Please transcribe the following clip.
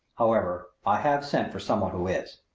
however, i have sent for some one who is.